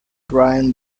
brian